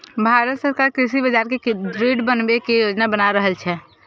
भांरत सरकार कृषि बाजार कें दृढ़ बनबै के योजना बना रहल छै